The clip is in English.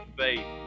faith